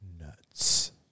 nuts